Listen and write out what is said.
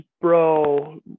Bro